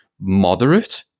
moderate